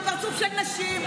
על פרצוף של נשים.